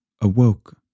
awoke